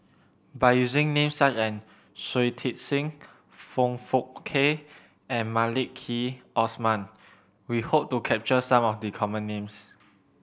by using names such as Shui Tit Sing Foong Fook Kay and Maliki Osman we hope to capture some of the common names